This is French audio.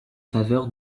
faveur